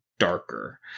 Darker